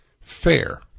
fair